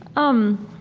um,